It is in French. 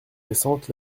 récentes